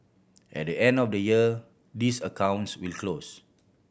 at the end of the year these accounts will close